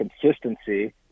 consistency